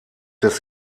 des